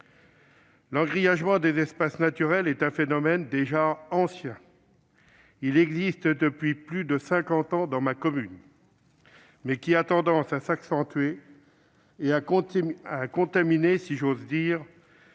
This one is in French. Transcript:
L'engrillagement des espaces naturels est un phénomène déjà ancien. Il existe depuis plus de cinquante ans dans ma commune, mais il a tendance à s'accentuer et à contaminer, si j'ose dise,